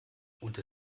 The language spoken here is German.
unter